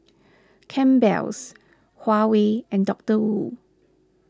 Campbell's Huawei and Doctor Wu